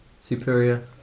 superior